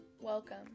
Welcome